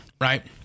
right